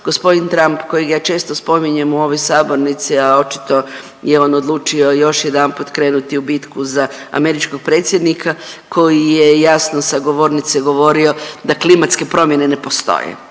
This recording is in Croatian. glasa g. Trump kojeg ja često spominjem u ovoj sabornici, a očito je on odlučio još jedanput krenuti u bitku za američkog predsjednika koji je jasno sa govornice govorio da klimatske promjene ne postoje,